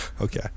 Okay